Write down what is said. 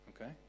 Okay